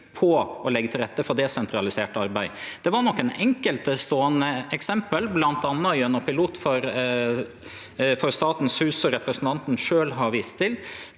på å leggje til rette for desentralisert arbeid. Det var nokre enkeltståande eksempel, bl.a. gjennom pilot for Statens hus, som representanten sjølv har vist til,